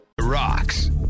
rocks